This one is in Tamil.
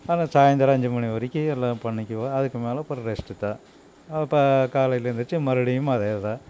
ஆனால் சாயந்தரம் அஞ்சு மணி வரைக்கும் எல்லாம் பண்ணிக்குவோம் அதுக்கு மேலே அப்புறம் ரெஸ்ட்டு தான் அப்போ காலையில எந்துருச்சி மறுபடியும் அதேதான்